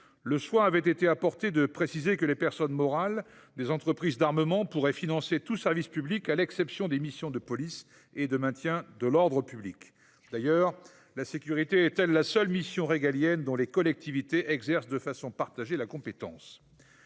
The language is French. Il avait été précisé que les personnes morales des entreprises d’armement pourraient financer tout service public, à l’exception des missions de police et de maintien de l’ordre public. La sécurité est elle la seule mission régalienne dont les collectivités exercent de façon partagée la compétence ?